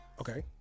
Okay